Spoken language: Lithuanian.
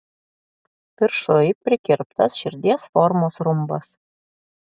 viršuj prikirptas širdies formos rumbas